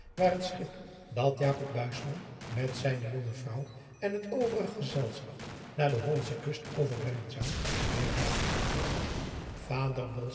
waar het schip dat met zijne jonge vrouw en het overige gezelschap naar de ollandsche kust over brengen zou gereed lag ader